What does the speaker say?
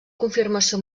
confirmació